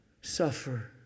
suffer